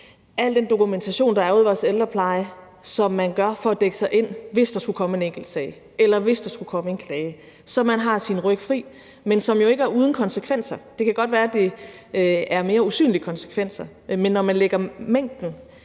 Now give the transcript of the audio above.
al den dokumentation, der er ude i vores ældrepleje, og som man laver for at dække sig ind, hvis der skulle komme en enkeltsag, eller hvis der skulle komme en klage, så man har sin ryg fri, men som jo ikke er uden konsekvenser. Det kan godt være, at det er mere usynlige konsekvenser, men når man lægger mængden